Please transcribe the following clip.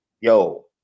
Yo